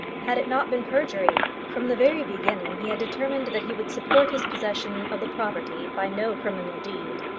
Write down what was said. had it not been perjury? from the very beginning he had determined that he would support his possession of the property by no criminal deed.